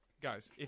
guys